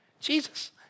Jesus